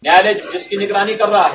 न्यायालय इसकी निगरानी कर रहा है